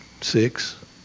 six